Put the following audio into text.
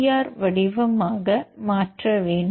R வடிவமாக மாற்ற வேண்டும்